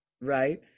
right